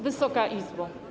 Wysoka Izbo!